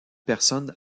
personne